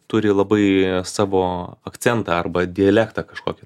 turi labai savo akcentą arba dialektą kažkokį